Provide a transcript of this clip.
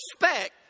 respect